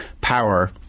power